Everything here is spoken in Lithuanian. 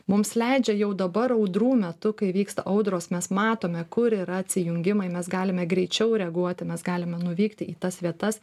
mums leidžia jau dabar audrų metu kai vyksta audros mes matome kur yra atsijungimai mes galime greičiau reaguoti mes galime nuvykti į tas vietas